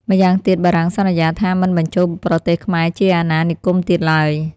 ម្យ៉ាងទៀតបារាំងសន្យាថាមិនបញ្ចូលប្រទេសខ្មែរជាអាណា និគមទៀតឡើយ។